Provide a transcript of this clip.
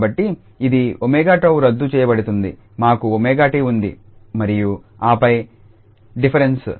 కాబట్టి ఇది 𝜔𝜏 రద్దు చేయబడుతుంది మాకు 𝜔𝜏 ఉంది మరియు ఆపై డిఫరెన్స్